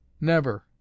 Never